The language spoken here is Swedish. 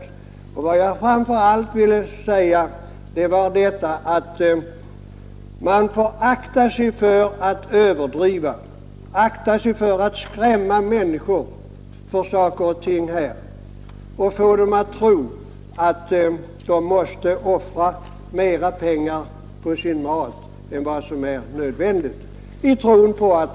Vad jag framför allt ville säga var att man får akta sig för att överdriva, akta sig för att skrämma människor och få dem att tro att de för att få giftfri mat måste offra mera pengar än vad som är nödvändigt.